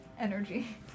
energy